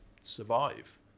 survive